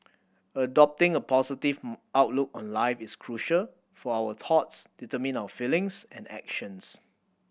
adopting a positive outlook on life is crucial for our thoughts determine our feelings and actions